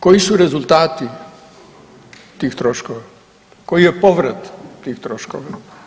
Koji su rezultati tih troškova, koji je povrat tih troškova?